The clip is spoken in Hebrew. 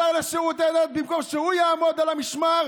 השר לשירותי דת, במקום שהוא יעמוד על המשמר,